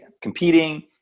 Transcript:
competing